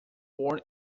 born